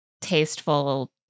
tasteful